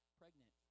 pregnant